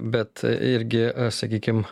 bet irgi sakykim